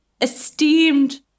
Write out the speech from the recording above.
esteemed